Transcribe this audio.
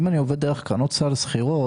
אם אני עובד דרך קרנות סל סחירות,